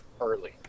early